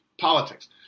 politics